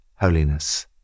holiness